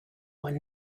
one